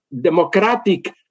democratic